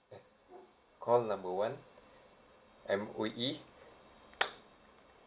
call number one M_O_E